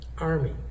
Army